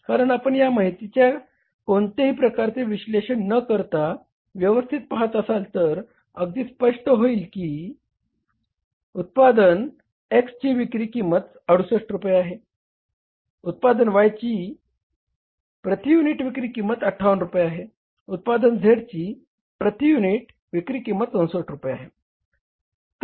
कारण आपण या माहितीचे कोणत्याही प्रकारचे विश्लेषण न करता व्यवस्थित पाहत असाल तर अगदी स्पष्ट होईल की उत्पादन X ची विक्री किंमत 68 रुपये आहे उत्पादन Y ची प्रती युनिट विक्री किंमत 58 रुपये आहे उत्पादन Z ची प्रती युनिट विक्री किंमत 64 रुपये आहे